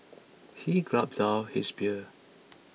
he gulped down his beer